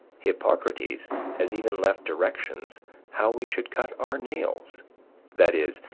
hippocrates has even left directions how we should cut our nails that is,